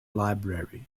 library